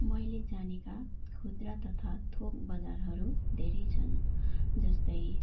मैले जानेका खुद्रा तथा थोक बजारहरू धेरै छन् जस्तै